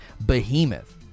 Behemoth